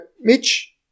Mitch